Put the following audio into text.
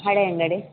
Haleyangadi